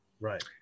Right